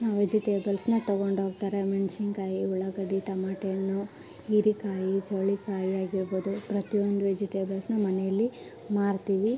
ವೆಜಿಟೇಬಲ್ಸ್ನ ತಗೊಂಡೋಗ್ತಾರೆ ಮೆಣಸಿನ್ಕಾಯಿ ಉಳ್ಳಾಗಡ್ಡಿ ಟೊಮೆಟೆ ಹಣ್ಣು ಹೀರೇಕಾಯಿ ಚೌಳಿಕಾಯಿ ಆಗಿರ್ಬೋದು ಪ್ರತಿಯೊಂದು ವೆಜಿಟೇಬಲ್ಸ್ನ ಮನೆಯಲ್ಲಿ ಮಾರ್ತೀವಿ